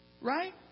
right